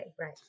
right